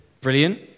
brilliant